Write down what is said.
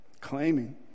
Claiming